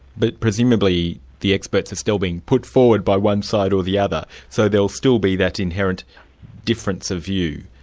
but presumably the experts are and still being put forward by one side or the other so there'll still be that inherent difference of view?